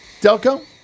Delco